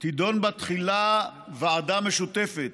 תדון בו תחילה ועדה משותפת